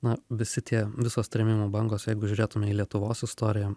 na visi tie visos trėmimo bangos jeigu žiūrėtume į lietuvos istoriją